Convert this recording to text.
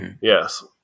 Yes